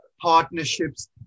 partnerships